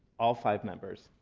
all five members.